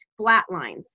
flatlines